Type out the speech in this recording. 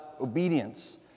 obedience